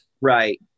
Right